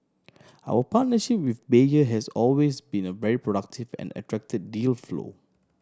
our partnership with Bayer has always been a very productive and attracted deal flow